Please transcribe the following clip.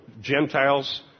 Gentiles